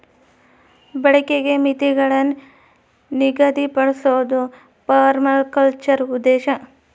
ಬಳಕೆಗೆ ಮಿತಿಗುಳ್ನ ನಿಗದಿಪಡ್ಸೋದು ಪರ್ಮಾಕಲ್ಚರ್ನ ಉದ್ದೇಶ